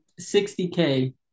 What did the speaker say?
60K